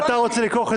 אתה רוצה לכרוך את זה?